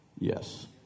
Yes